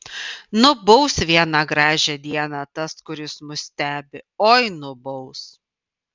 nubaus vieną gražią dieną tas kuris mus stebi oi nubaus